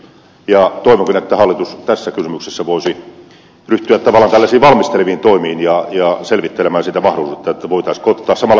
ja toivonkin että hallitus tässä kysymyksessä voisi ryhtyä tällaisiin valmisteleviin toimiin ja selvittelemään sitä mahdollisuutta voitaisiinko ottaa se käyttöön samalla tavoin kuin laivamatkoissa se on käytössä